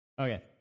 Okay